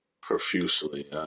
profusely